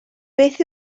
beth